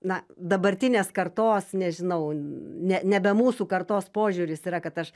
na dabartinės kartos nežinau ne nebe mūsų kartos požiūris yra kad aš